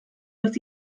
dass